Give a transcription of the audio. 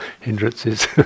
hindrances